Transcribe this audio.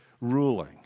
ruling